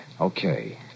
Okay